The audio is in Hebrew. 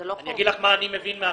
אני אגיד לך מה אני מבין מהכתוב.